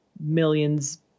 millions